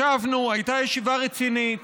ישבנו, הייתה ישיבה רצינית,